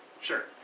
Sure